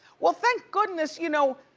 well thank goodness, you know,